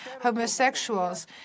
homosexuals